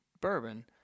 bourbon